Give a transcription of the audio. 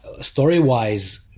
story-wise